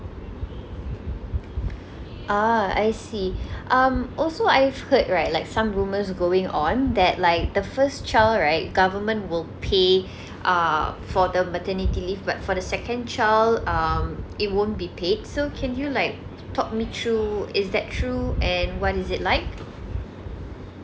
ah I see um also I've heard right like some rumors going on that like the first child right government will pay uh for the the maternity leave but for the second child um it won't be paid so can you like talk me through is that true and what is it like